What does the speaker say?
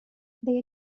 they